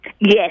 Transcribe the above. Yes